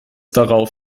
darauf